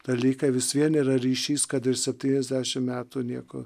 dalykai vis vien yra ryšys kad ir septyniasdešim metų nieko